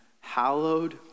hallowed